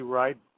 right